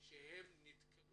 שנתקל